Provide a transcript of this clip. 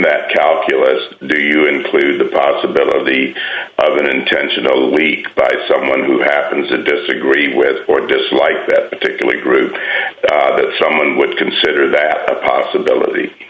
of calculus do you include the possibility of an intentionally by someone who happens to disagree with or dislike that particular group someone would consider the possibility